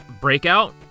Breakout